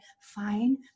fine